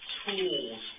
tools